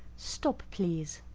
stop, please.